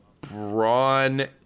brawn